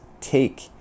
take